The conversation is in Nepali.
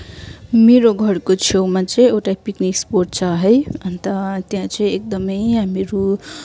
मेरो घरको छेउमा चाहिँ एउटा पिकनिक स्पोट छ है अन्त त्यहाँ चाहिँ एकदमै हामीहरू